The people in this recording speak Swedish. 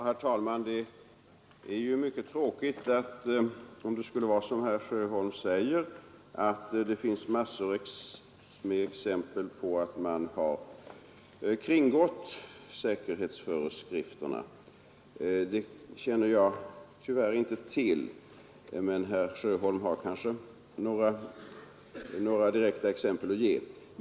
Herr talman! Det är mycket tråkigt om det förhåller sig som herr Sjöholm säger, att det finns många exempel på att man har kringgått säkerhetsföreskrifterna vid boxningen. Det känner jag tyvärr inte till. Men herr Sjöholm har kanske några direkta exempel att ange.